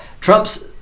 Trump's